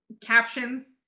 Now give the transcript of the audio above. captions